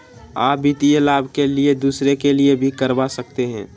आ वित्तीय लाभ के लिए दूसरे के लिए भी करवा सकते हैं?